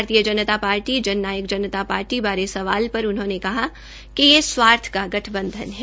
भातीय Janata party Jan Nayak Janata party बारे सवाल पर उन्होंने कहा कि यह स्वार्थ की गठबंधन है